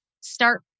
Start